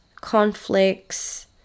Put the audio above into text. conflicts